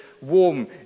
warm